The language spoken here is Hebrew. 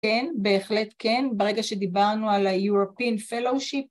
כן, בהחלט כן, ברגע שדיברנו על ה-European Fellowship